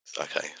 okay